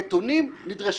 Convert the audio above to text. נתונים נדרסו.